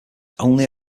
only